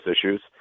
issues